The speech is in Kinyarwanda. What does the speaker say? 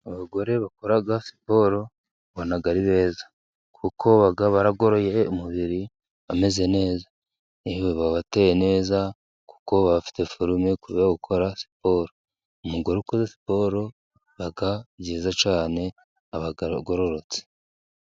Abagore bakora siporo ubona ari beza, kuko baba baragoroye umubiri, bameze neza. Yewe baba bateye neza kuko bafite forume kubera gukora siporo. Umugore ukoze siporo, ibaga nziza cyane, aba agororotse.